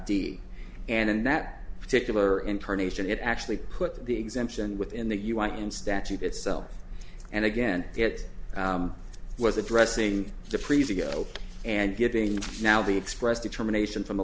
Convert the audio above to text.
d and in that particular in turn ation it actually put the exemption within the u i in statute itself and again it was addressing the freezer go and getting now the express determination from the